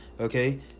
Okay